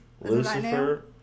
Lucifer